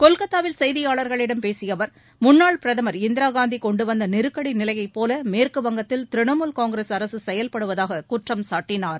கொல்கத்தாவில் செய்தியாளர்களிடம் பேசிய அவர் முன்னாள் பிரதமர் இந்திராகாந்தி கொண்டு வந்த நெருக்கடி நிலையைப் போல மேற்குவங்கத்தில் திரிணாமுல் காங்கிரஸ் அரசு செயல்படுவதாக குற்றம் சாட்டினார்